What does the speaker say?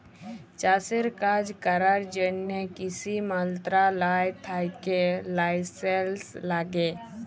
চাষের কাজ ক্যরার জ্যনহে কিসি মলত্রলালয় থ্যাকে লাইসেলস ল্যাগে